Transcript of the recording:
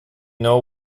know